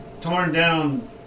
torn-down